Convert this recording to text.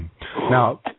Now